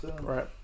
Right